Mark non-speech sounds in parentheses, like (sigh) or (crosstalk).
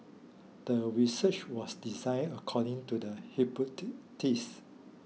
the research was designed according to the (unintelligible)